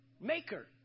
maker